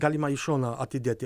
galima į šoną atidėti